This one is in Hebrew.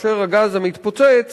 הגז המתפוצץ